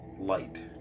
light